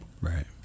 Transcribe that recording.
Right